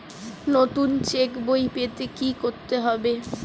নতুন চেক বই পেতে কী করতে হবে?